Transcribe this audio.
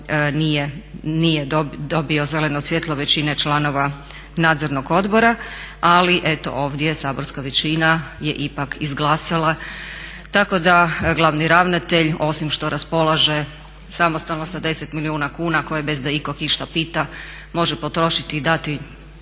nije dobio zeleno svjetlo većine članova Nadzornog odbora. Ali eto, ovdje je saborska većina ipak izglasala, tako da glavni ravnatelj osim što raspolaže samostalno sa 10 milijuna kuna koje bez da ikog išta pita može potrošiti i dati